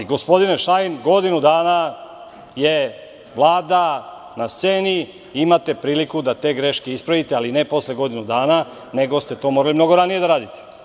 Gospodine Šajn, godinu dana je Vlada na sceni i imate priliku da te greške ispravite, ali ne posle godinu dana nego ste to morali mnogo ranije da radite.